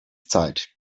zeit